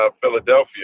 Philadelphia